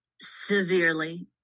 severely